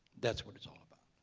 that's what it's all about.